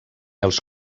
els